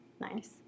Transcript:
Nice